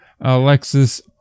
alexis